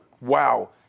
wow